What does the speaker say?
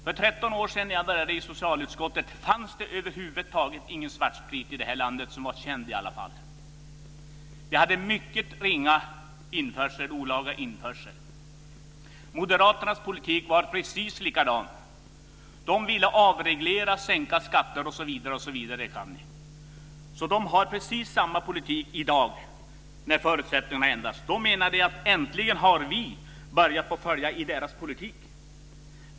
För 13 år sedan när jag började i socialutskottet fanns det över huvud taget inte någon svartsprit i det här landet, i alla fall inte som var känd. Vi hade en mycket ringa olaga införsel. Moderaternas politik var precis likadan då. De ville avreglera, sänka skatter, osv. De har precis samma politik i dag när förutsättningarna har ändrats. Då menar de att vi äntligen har börjat följa efter i deras politik.